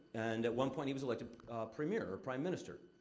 and at one point, he was elected primier ah, prime minister.